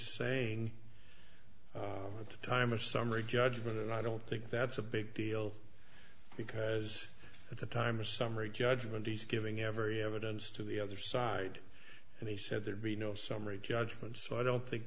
saying at the time of summary judgment and i don't think that's a big deal because at the time a summary judgment he's giving every evidence to the other side and he said there'd be no summary judgment so i don't think